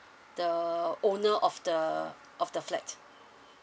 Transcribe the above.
the owner of the of the flat